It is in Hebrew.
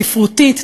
ספרותית,